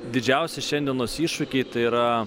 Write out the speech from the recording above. didžiausi šiandienos iššūkiai tai yra